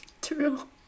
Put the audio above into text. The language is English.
True